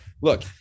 look